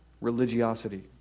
religiosity